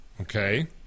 Okay